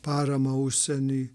paramą užsieniui